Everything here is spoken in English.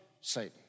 Satan